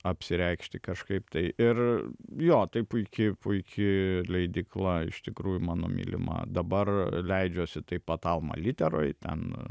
apsireikšti kažkaip tai ir jo tai puiki puiki leidykla iš tikrųjų mano mylima dabar leidžiuosi taip pat alma literoj ten